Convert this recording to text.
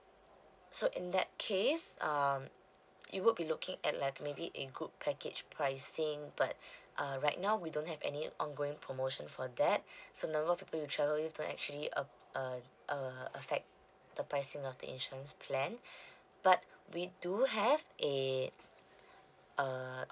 so in that case um you would be looking at like maybe a group package pricing but uh right now we don't have any ongoing promotion for that so no you travel you to actually uh uh uh affect the pricing of the insurance plan but we do have a uh